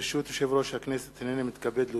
ברשות יושב-ראש הכנסת, הנני מתכבד להודיעכם,